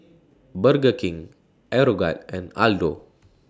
Burger King Aeroguard and Aldo